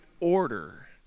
order